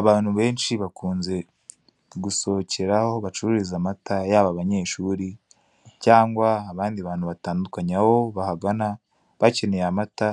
Abantu benshi bakunze gusohokera aho bacururiza amata yaba amanyeshuri cyangwa abandi bantu batandukanye, aho bahagana bakeneye amata